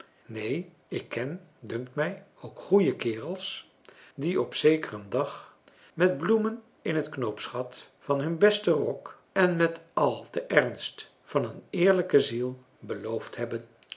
neen ik ken dunkt mij ook goeie kerels die op zekeren dag met bloemen in het knoopsgat van hun besten rok en met al den ernst van een eerlijke ziel beloofd hebben